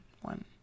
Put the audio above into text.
One